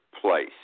place